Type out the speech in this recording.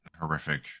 horrific